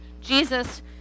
Jesus